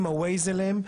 עם הווייז אליהם,